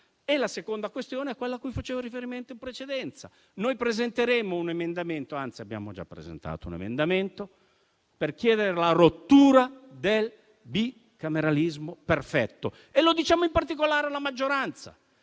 La seconda questione è quella a cui facevo riferimento in precedenza: abbiamo già presentato un emendamento per chiedere la rottura del bicameralismo perfetto. Lo diciamo in particolare alla maggioranza.